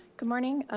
good morning,